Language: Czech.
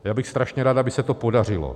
Já bych strašně rád, aby se to podařilo.